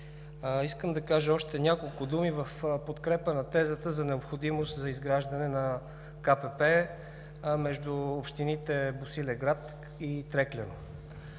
Искам да кажа още няколко думи в подкрепа на тезата за необходимост от изграждане на КПП между общините Босилеград и Трекляно.